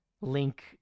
Link